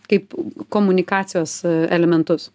kaip komunikacijos elementus